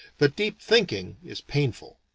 but deep thinking is painful.